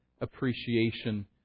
appreciation